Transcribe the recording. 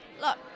Look